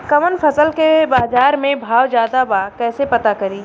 कवना फसल के बाजार में भाव ज्यादा बा कैसे पता करि?